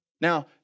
Now